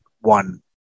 one